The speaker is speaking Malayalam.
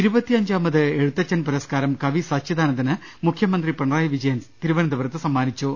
ഇരുപത്തിയഞ്ചാമത് എഴുത്തച്ചൻ പുരസ്കാരം കവി സച്ചിദാനന്ദന് മുഖ്യമന്ത്രി പിണറായി വിജയൻ തിരുവനന്തപുരത്ത് സമ്മാനിച്ചു